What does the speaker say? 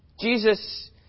Jesus